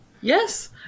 Yes